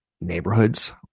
neighborhoods